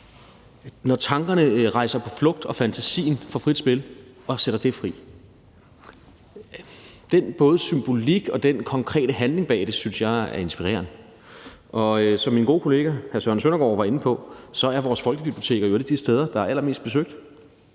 når tankerne rejser på flugt og fantasien får frit spil og sætter dem fri, altså både den symbolik og den konkrete handling bag det, synes jeg er inspirerende. Og som min gode kollega hr. Søren Søndergaard var inde på, er vores folkebiblioteker jo et af de steder, der er allermest besøgt